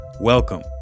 welcome